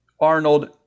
Arnold